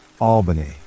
Albany